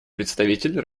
представитель